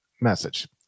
message